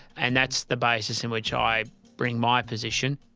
and that's the basis in which i bring my position.